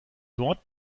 dort